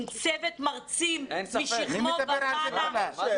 צוות מרצים משכמו ומעלה.